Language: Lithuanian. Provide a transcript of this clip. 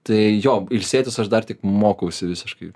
tai jom ilsėtis aš dar tik mokausi visiškai